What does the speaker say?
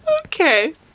Okay